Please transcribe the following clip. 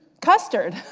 custard!